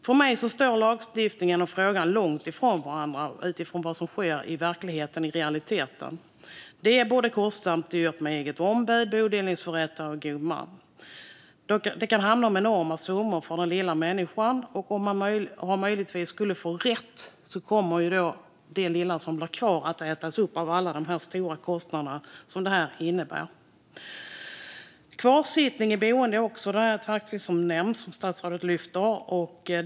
För mig står lagstiftningen långt ifrån det som sker i verkligheten, i realiteten. Det är både kostsamt och dyrt med eget ombud, bodelningsförrättare och god man. Det kan handla om enorma summor för den lilla människan. Och om man möjligtvis skulle få rätt kommer det lilla som blir kvar att ätas upp av alla de stora kostnader som det här innebär. Kvarsittning i boende är också verktyg som statsrådet nämner och lyfter fram.